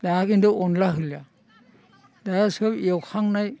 दा किन्तु अनला होलिया दा सब एवखांनाय